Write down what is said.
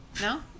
No